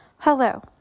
Hello